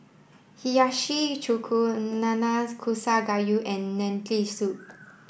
Hiyashi Chuka Nanakusa Gayu and Lentil Soup